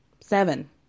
seven